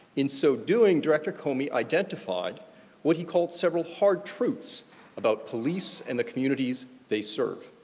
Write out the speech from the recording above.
in so doing, director comey identified what he called several hard truths about police and the communities they serve,